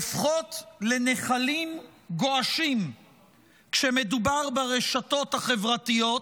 הופכות לנחלים גועשים כשמדובר ברשתות החברתיות.